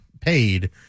paid